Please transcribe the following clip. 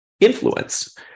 influence